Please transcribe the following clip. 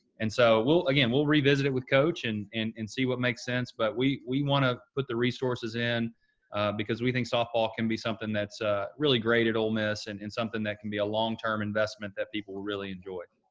and so, again, we'll revisit it with coach and and and see what makes sense. but we we want to put the resources in because we think softball can be something that's ah really great at ole miss and something that can be a long-term investment that people will really enjoy.